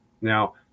now